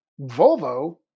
Volvo